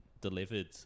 delivered